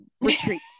retreat